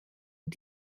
und